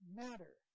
matter